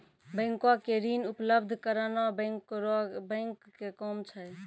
बैंको के ऋण उपलब्ध कराना बैंकरो के बैंक के काम छै